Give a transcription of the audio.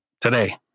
today